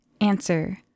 Answer